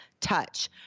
touch